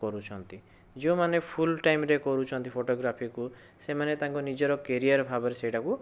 କରୁଛନ୍ତି ଯେଉଁମାନେ ଫୁଲ୍ ଟାଇମରେ କରୁଛନ୍ତି ଫଟୋଗ୍ରାଫିକୁ ସେମାନେ ତାଙ୍କ ନିଜର କ୍ୟାରିଅର ଭାବରେ ସେଇଟାକୁ